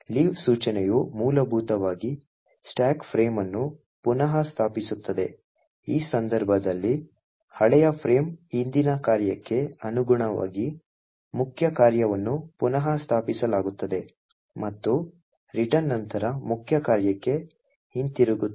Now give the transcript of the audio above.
leave ಸೂಚನೆಯು ಮೂಲಭೂತವಾಗಿ stack frame ಅನ್ನು ಪುನಃಸ್ಥಾಪಿಸುತ್ತದೆ ಈ ಸಂದರ್ಭದಲ್ಲಿ ಹಳೆಯ ಫ್ರೇಮ್ ಹಿಂದಿನ ಕಾರ್ಯಕ್ಕೆ ಅನುಗುಣವಾಗಿ ಮುಖ್ಯ ಕಾರ್ಯವನ್ನು ಪುನಃಸ್ಥಾಪಿಸಲಾಗುತ್ತದೆ ಮತ್ತು ರಿಟರ್ನ್ ನಂತರ ಮುಖ್ಯ ಕಾರ್ಯಕ್ಕೆ ಹಿಂತಿರುಗುತ್ತದೆ